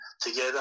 together